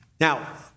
Now